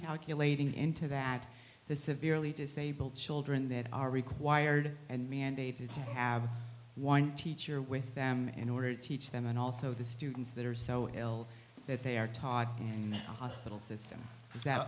calculating into that the severely disabled children that are required and mandated to have one teacher with them in order to teach them and also the students that are so ill that they are taught in the hospital system is that